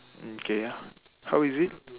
okay how is it